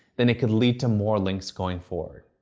then it could lead to more links going forward.